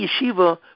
yeshiva